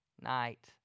night